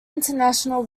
international